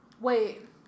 Wait